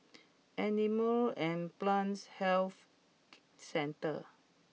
Animal and Plant Health Centre